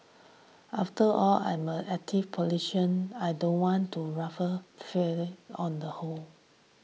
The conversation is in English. after all I'm a active I don't want to ruffle feather on the whole